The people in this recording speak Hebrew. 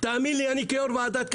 תאמיני לי, אני כיושב-ראש ועדת כלכלה,